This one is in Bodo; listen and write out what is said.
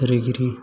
सोरजिगिरि